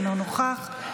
אינו נוכח,